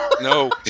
No